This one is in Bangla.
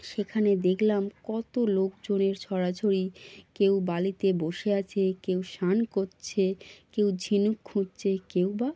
সেখানে দেখলাম কত লোকজনের ছড়াছড়ি কেউ বালিতে বসে আছে কেউ স্নান করছে কেউ ঝিনুক খুঁজছে কেউ বা